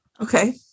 Okay